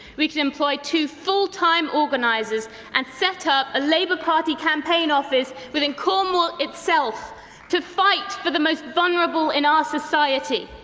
we could employ two full-time organisers and set up a labour party campaign office within cornwall itself to fight for the most vulnerable in our society.